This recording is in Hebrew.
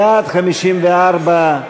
בעד, 54,